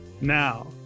Now